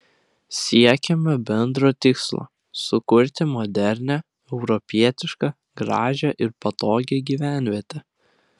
siekėme bendro tikslo sukurti modernią europietišką gražią ir patogią gyvenvietę